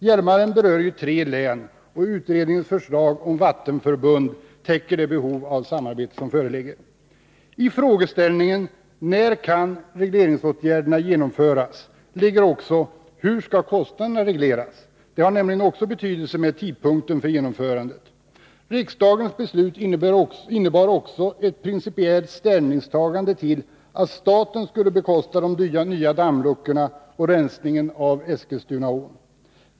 Hjälmaren berör ju tre län, och utredningens förslag om vattenförbund Nr 24 täcker det behov av samarbete som föreligger. I frågeställningen ”När kan regleringsåtgärderna genomföras?” ligger också ”Hur skall kostnaderna regleras?” Det har nämligen också betydelse med avseende på tidpunkten för genomförandet. Riksdagens beslut innebar också ett principiellt ställ Om verksamheten ningstagande till att staten skulle bekosta de nya dammluckorna och vid AB Bofors rensningen av Eskilstunaån.